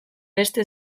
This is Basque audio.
beste